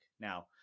now